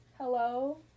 hello